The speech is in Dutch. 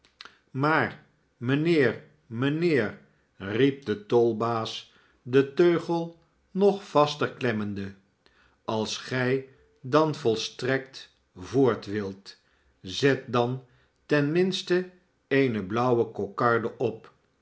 maar mijnheer mijnheer riep de tolbaas den teugel nog vaster klemmende als gij dan volstrekt voort wilt zet dan ten mmse eene blauwe kokarde op